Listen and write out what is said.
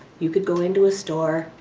you can go into a store,